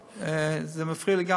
זה מפריע לי גם,